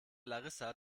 larissa